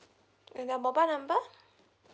and your mobile number